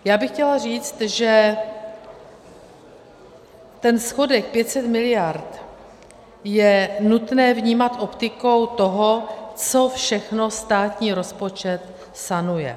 Já bych chtěla říct, že ten schodek 500 miliard je nutné vnímat optikou toho, co všechno státní rozpočet sanuje.